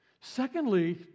Secondly